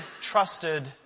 trusted